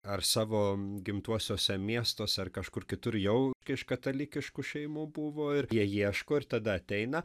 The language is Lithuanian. ar savo gimtuosiuose miestuose ar kažkur kitur jau iš katalikiškų šeimų buvo ir jie ieško ir tada ateina